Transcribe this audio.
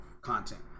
content